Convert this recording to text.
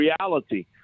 reality